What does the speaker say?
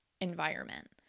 environment